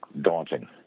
daunting